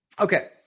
Okay